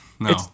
No